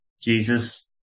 jesus